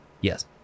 Yes